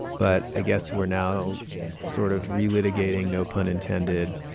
but i guess we're now sort of relitigating, no pun intended,